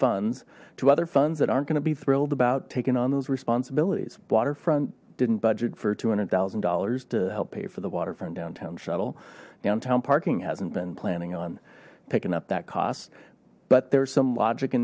funds to other funds that aren't going to be thrilled about taking on those responsibilities waterfront didn't budget for two hundred thousand dollars to help pay for the waterfront downtown shuttle downtown parking hasn't been planning on picking up that cost but there's some logic